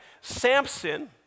Samson